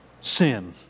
sin